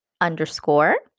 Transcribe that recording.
underscore